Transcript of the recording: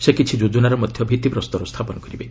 ସେ କିଛି ଯୋଜନାର ମଧ୍ୟ ଭିତ୍ତିପ୍ରସ୍ତର ସ୍ଥାପନ କରିବେ